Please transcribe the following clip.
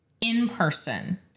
in-person